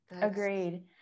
Agreed